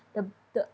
um the